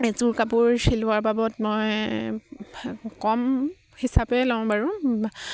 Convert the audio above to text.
এযোৰ কাপোৰ চিলোৱাৰ বাবত মই কম হিচাপেই লওঁ বাৰু